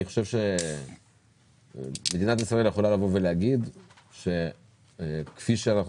אני חושב שמדינת ישראל יכולה להגיד שכפי שאנחנו